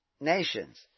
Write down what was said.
nations